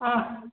ꯑꯥ